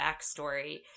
backstory